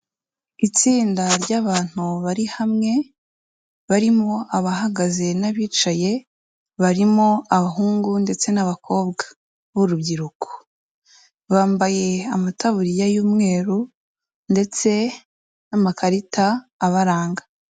Itsinda ry'abantu bari hamwe, barimo abahagaze n'abicaye, barimo abahungu ndetse n'abakobwa b'urubyiruko. Bambaye amataburiya y'umweru ndetse n'amakarita abaranga.